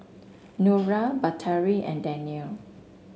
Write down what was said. Nura Batari and Danial